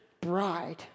bride